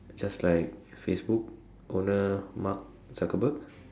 just like Facebook owner Mark-Zuckerberg